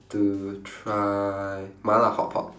to try mala hotpot